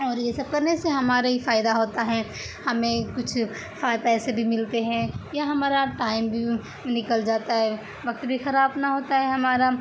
اور یہ سب کرنے سے ہمارا ہی فائدہ ہوتا ہے ہمیں کچھ پیسے بھی ملتے ہیں یا ہمارا ٹائم بھی نکل جاتا ہے وقت بھی خراب نہ ہوتا ہے ہمارا